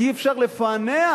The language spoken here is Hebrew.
כי אי-אפשר לפענח